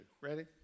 ready